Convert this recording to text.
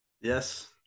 Yes